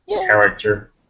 character